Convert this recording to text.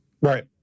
Right